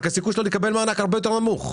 שהסיכוי שלו לקבל מענק הוא הרבה יותר נמוך.